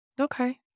Okay